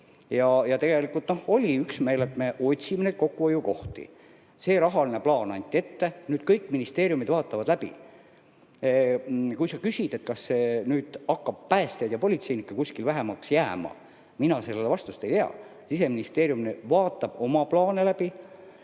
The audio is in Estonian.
Tegelikult oli üksmeel, et me otsime neid kokkuhoiukohti. See rahaline plaan anti ette, nüüd kõik ministeeriumid vaatavad seda läbi. Kui sa küsid, kas nüüd hakkab päästjaid ja politseinikke kuskil vähemaks jääma, siis mina sellele vastust ei tea. Siseministeerium vaatab oma plaane läbi.